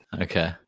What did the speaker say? Okay